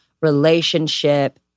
relationship